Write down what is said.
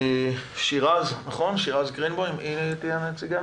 שירז גרינבאום, נציגת